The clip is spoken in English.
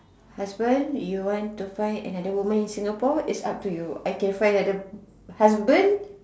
husband you want to find another woman in Singapore is up to you I can find another husband